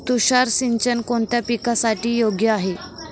तुषार सिंचन कोणत्या पिकासाठी योग्य आहे?